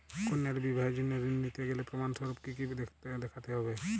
কন্যার বিবাহের জন্য ঋণ নিতে গেলে প্রমাণ স্বরূপ কী কী দেখাতে হবে?